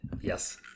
Yes